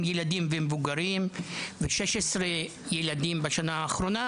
ילדים ומבוגרים ו-16 ילדים בשנה האחרונה,